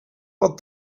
but